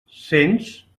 sents